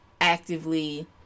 actively